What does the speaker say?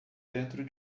dentro